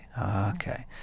okay